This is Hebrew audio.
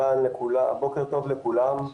בוקר טוב לכולם,